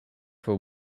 for